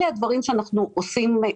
אלה הדברים שאנחנו עושים.